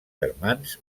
germans